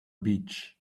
beach